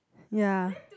ya